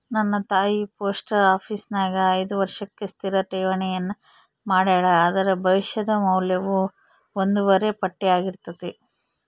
ನನ್ನ ತಾಯಿ ಪೋಸ್ಟ ಆಪೀಸಿನ್ಯಾಗ ಐದು ವರ್ಷಕ್ಕೆ ಸ್ಥಿರ ಠೇವಣಿಯನ್ನ ಮಾಡೆಳ, ಅದರ ಭವಿಷ್ಯದ ಮೌಲ್ಯವು ಒಂದೂವರೆ ಪಟ್ಟಾರ್ಗಿತತೆ